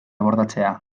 abordatzea